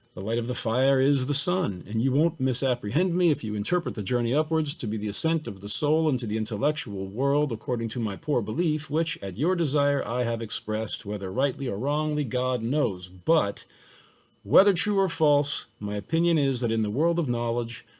the light of the fire is the sun and you won't miss apprehend me if you interpret the journey upwards to be the ascent of the soul into the intellectual world, according to my poor belief which at your desire, i have expressed whether rightly or wrongly god knows. but whether true or false, my opinion is that in the world of knowledge,